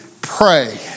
pray